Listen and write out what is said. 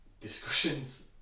discussions